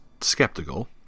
skeptical